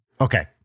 Okay